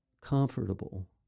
comfortable